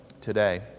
today